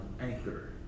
anchor